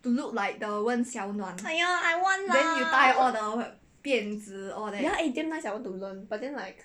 !aiya! I want lah ya eh damn nice leh I want to learn but then like